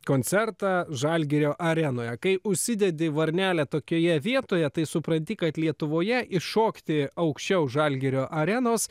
koncertą žalgirio arenoje kai užsidedi varnelę tokioje vietoje tai supranti kad lietuvoje iššokti aukščiau žalgirio arenos